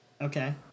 Okay